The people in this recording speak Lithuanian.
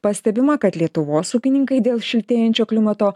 pastebima kad lietuvos ūkininkai dėl šiltėjančio klimato